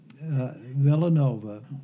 Villanova